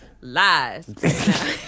Lies